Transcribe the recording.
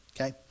okay